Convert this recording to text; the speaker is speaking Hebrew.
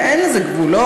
אין לזה גבולות?